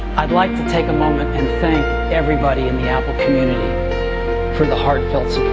i'd like to take moment and thank everybody in the apple community for the heart felt